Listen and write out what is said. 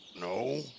No